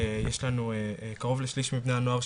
יש לנו קרוב לשליש מבני הנוער,